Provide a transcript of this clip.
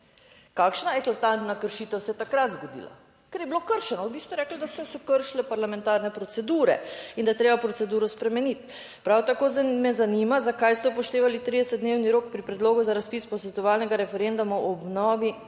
Kakšna eklatantna kršitev se je takrat zgodila? Ker je bilo kršeno. Vi ste rekli, da so se kršile parlamentarne procedure. In da je treba proceduro spremeniti. Prav tako me zanima, zakaj ste upoštevali 30 dnevni rok pri predlogu za razpis posvetovalnega referenduma o obnovi